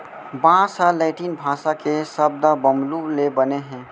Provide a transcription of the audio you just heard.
बांस ह लैटिन भासा के सब्द बंबू ले बने हे